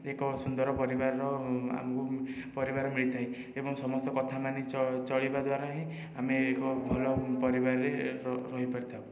ଏକ ସୁନ୍ଦର ପରିବାର ଆମକୁ ପରିବାର ମିଳିଥାଏ ଏବଂ ସମସ୍ତ କଥା ମାନି ଚଳିବା ଦ୍ୱାରା ହିଁ ଆମେ ଏକ ଭଲ ପରିବାରରେ ରହିପାରିଥାଉ